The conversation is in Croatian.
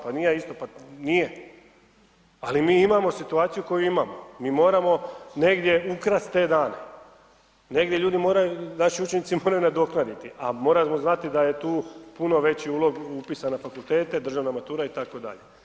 Pa ni ja isto, pa nije, ali mi imamo situaciju koju imamo, mi moramo negdje ukrasti te dane, negdje ljudi moraju, naši učenici moraju nadoknaditi, a moramo znati da je tu puno veći ulog upisa na fakultete, državna matura itd.